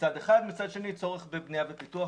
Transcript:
מצד אחד, ומצד שני צורך בבנייה ופיתוח.